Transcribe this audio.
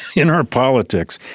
in our politics,